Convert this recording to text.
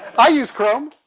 i use chrome.